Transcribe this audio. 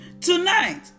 Tonight